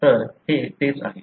तर हे तेच आहे